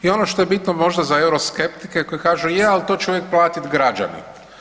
I ono što je možda za euroskeptike koji kažu je al to će uvijek platiti građani.